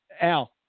Al